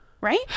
Right